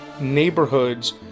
neighborhoods